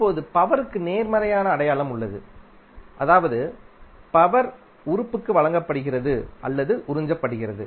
இப்போது பவர் க்கு நேர்மறையான அடையாளம் உள்ளது அதாவது பவர் உறுப்புக்கு வழங்கப்படுகிறது அல்லது உறிஞ்சப்படுகிறது